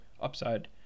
upside